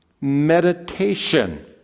meditation